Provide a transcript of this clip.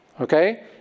okay